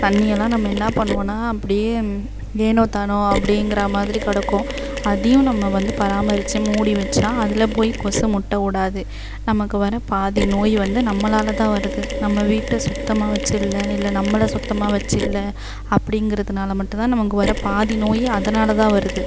தண்ணியெல்லாம் நம்ம என்ன பண்ணுவோன்னால் அப்படியே ஏனோ தானோ அப்படிங்கிற மாதிரி கிடக்கும் அதையும் நம்ம வந்து பராமரித்து மூடி வைச்சா அதில் போய் கொசு முட்டை விடாது நமக்கு வர பாதி நோய் வந்து நம்மளால் தான் வருது நம்ம வீட்டை சுத்தமாக வச்சுர்ல இல்லை நம்மளை சுத்தமாக வச்சுர்ல அப்படிங்கிறதுனால மட்டும்தான் நமக்கு வர பாதி நோயே அதனால் தான் வருது